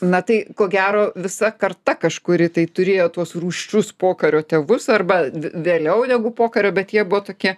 na tai ko gero visa karta kažkuri tai turėjo tuos rūsčius pokario tėvus arba vėliau negu pokario bet jie buvo tokie